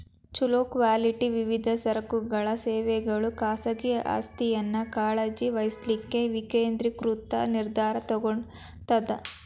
ಛೊಲೊ ಕ್ವಾಲಿಟಿ ವಿವಿಧ ಸರಕುಗಳ ಸೇವೆಗಳು ಖಾಸಗಿ ಆಸ್ತಿಯನ್ನ ಕಾಳಜಿ ವಹಿಸ್ಲಿಕ್ಕೆ ವಿಕೇಂದ್ರೇಕೃತ ನಿರ್ಧಾರಾ ತೊಗೊತದ